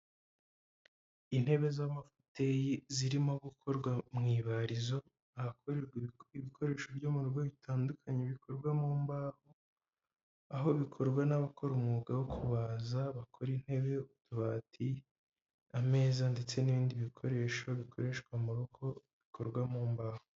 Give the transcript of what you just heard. Intebe z'amateyi zirimo gukorwa mu ibarizo ahakorerwa ibikoresho byo mu bigo bitandukanye bikorwa mu mbaho aho bikorwa n'abakora umwuga wo kubaza bakora intebe yutubati ameza ndetse n'ibindi bikoresho bikoreshwa mu rugo bikorwa mu mbahoho.